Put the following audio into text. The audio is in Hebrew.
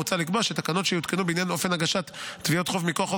מוצע לקבוע שתקנות שיותקנו בעניין אופן הגשת תביעות חוב מכוח חוק